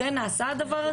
זה נעשה הדבר הזה?